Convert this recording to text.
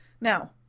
Now